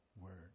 word